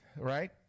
right